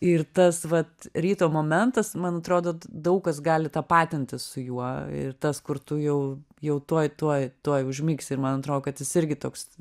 ir tas vat ryto momentas man atrodo daug kas gali tapatintis su juo ir tas kur tu jau jau tuoj tuoj tuoj užmigsi ir man atrodo kad jis irgi toks